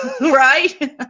right